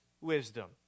wisdom